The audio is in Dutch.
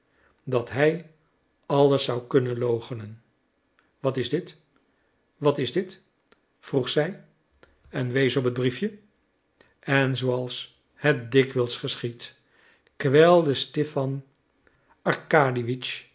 dat hij alles zou kunnen loochenen wat is dit wat is dit vroeg zij en wees op het briefje en zooals het dikwijls geschiedt kwelde stipan